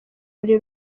buri